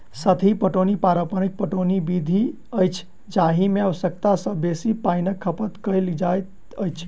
सतही पटौनी पारंपरिक पटौनी विधि अछि जाहि मे आवश्यकता सॅ बेसी पाइनक खपत कयल जाइत अछि